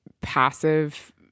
passive